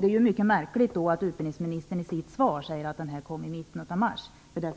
Det är då mycket märkligt att utbildningsministern i sitt svar säger att förstudien kom i mitten av mars.